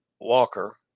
walker